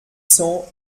cents